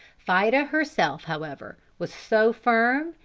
fida herself, however, was so firm,